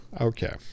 Okay